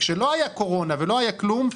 כשלא היה קורונה ולא היה כלום,